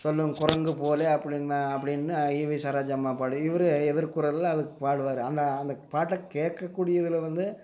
சொல்லும் குரங்கு போலே அப்படின் மே அப்படின்னு இவி சரோஜாம்மா பாடி இவரு எதிர் குரலில் அதுக்குப் பாடுவார் அந்த அந்தப் பாட்டை கேட்கக்கூடியதுல வந்து